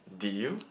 did you